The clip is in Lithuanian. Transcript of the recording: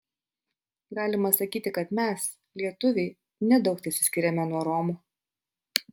galima sakyti kad mes lietuviai nedaug tesiskiriame nuo romų